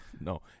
no